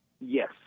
Yes